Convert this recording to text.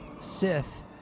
Sith